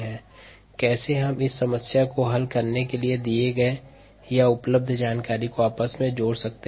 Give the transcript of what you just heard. अर्थात कैसे हम इस समस्या को हल करने के लिए दिए गये या उपलब्ध जानकारियों को आपस में जोड़ सकते हैं